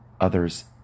others